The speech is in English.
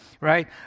right